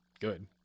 good